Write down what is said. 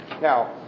Now